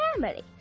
family